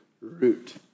root